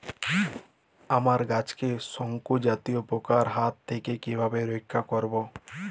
আমার গাছকে শঙ্কু জাতীয় পোকার হাত থেকে কিভাবে রক্ষা করব?